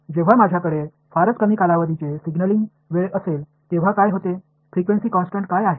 जेव्हा माझ्याकडे फारच कमी कालावधीचे सिग्नलिंग वेळ असेल तेव्हा काय होते फ्रिक्वेन्सी कन्टेन्ट काय आहे